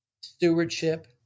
stewardship